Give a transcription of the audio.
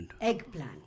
Eggplant